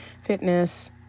fitness